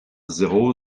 zéro